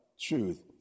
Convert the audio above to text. Truth